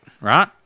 right